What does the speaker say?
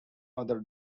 other